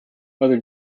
other